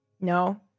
No